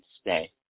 stay